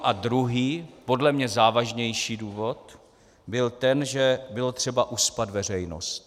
A druhý, podle mě závažnější důvod byl ten, že bylo třeba uspat veřejnost.